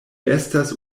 estas